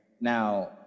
Now